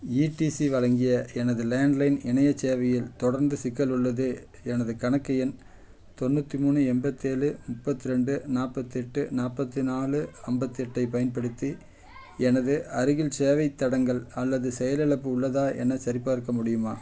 ETC வழங்கிய எனது landline இணையச் சேவையில் தொடர்ந்து சிக்கல் உள்ளது எனது கணக்கு எண் தொண்ணூற்றி மூணு எம்பத்தேழு முப்பத்து ரெண்டு நாற்பத்தெட்டு நாற்பத்தி நாலு ஐம்பத்தெட்டைப் பயன்படுத்தி எனது அருகில் சேவைத் தடங்கல் அல்லது செயலிழப்பு உள்ளதா என சரிபார்க்க முடியுமா